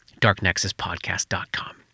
darknexuspodcast.com